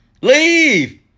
Leave